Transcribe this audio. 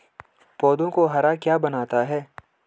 पौधों को हरा क्या बनाता है?